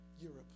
Europe